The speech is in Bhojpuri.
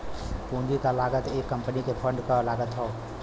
पूंजी क लागत एक कंपनी के फंड क लागत हौ